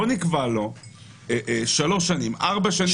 בואו נקבע לו מועד של שלוש שנים או ארבע שנים.